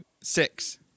Six